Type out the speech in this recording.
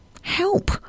help